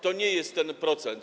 To nie jest ten procent.